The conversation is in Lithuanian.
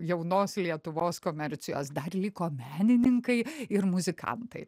jaunos lietuvos komercijos dar liko menininkai ir muzikantai